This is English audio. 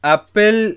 Apple